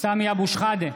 סמי אבו שחאדה,